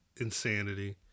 insanity